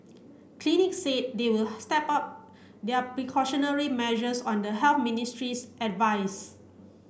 clinic said they will step up their precautionary measures on the Health Ministry's advice